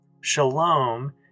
Shalom